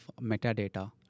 metadata